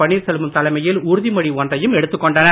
பன்னீர்செல்வம் தலைமையில் உறுதி மொழி ஒன்றையும் எடுத்துக் கொண்டனர்